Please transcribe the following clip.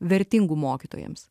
vertingų mokytojams